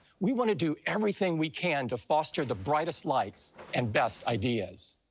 we want to do everything we can to foster the brightest lights and best ideas.